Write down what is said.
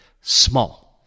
small